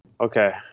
okay